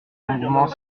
longuement